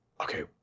okay